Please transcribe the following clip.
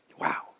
Wow